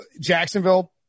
Jacksonville